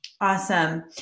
Awesome